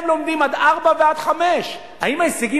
הם לומדים עד 16:00 ועד 17:00. האם ההישגים